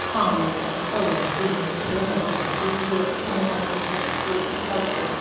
ꯁꯥꯡꯅ ꯀꯩꯅꯣ ꯇꯧꯋꯦꯕ ꯀꯨꯏꯅ ꯁꯤꯖꯤꯟꯅꯕ ꯌꯥꯏꯌꯦꯕ ꯑꯗꯨ ꯖꯤꯑꯣ ꯌꯥꯝ ꯅꯨꯡꯉꯥꯏꯇꯦ ꯁꯥꯔ ꯏꯇꯥꯎꯁꯤꯗꯤ ꯌꯥꯝ